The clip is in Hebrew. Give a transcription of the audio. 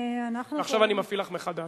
עכשיו אני מפעיל מחדש.